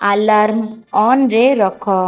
alarm ଅନ୍ରେ ରଖ